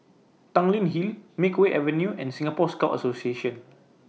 Tanglin Hill Makeway Avenue and Singapore Scout Association